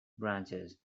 branches